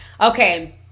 Okay